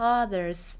others